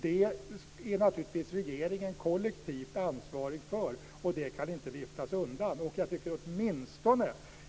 Regeringen är naturligtvis kollektivt ansvarig för något sådant, och det kan inte viftas undan.